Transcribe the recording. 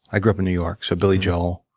i grew up in new york, so billy joel.